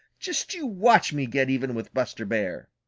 just you watch me get even with buster bear.